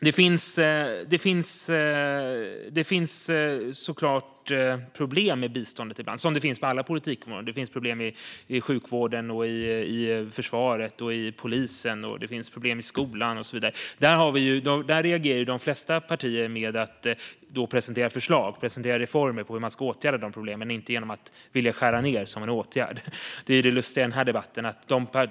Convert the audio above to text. Det finns såklart problem med biståndet ibland, som det finns på alla politikområden. Det finns problem i sjukvården, försvaret, polisen, skolan och så vidare. Där reagerar de flesta partier med att presentera förslag och reformer på hur man ska åtgärda dessa problem, inte med att vilja skära ned. Det är det lustiga i denna debatt.